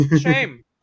Shame